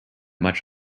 much